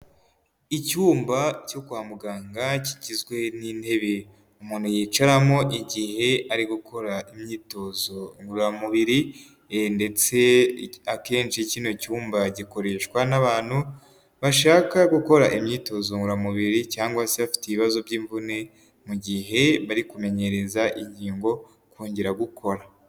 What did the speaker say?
Icyumba cyo kwa muganga kigizwe n'intebe umuntu yicaramo igihe ari gukora imyitozo ngororamubiri, ndetse akenshi kino cyumba gikoreshwa n'abantu bashaka gukora imyitozo ngororamubiri cyangwa se bafite ibibazo by'imvune, mu gihe bari kumenyereza ingingo kongera gukora.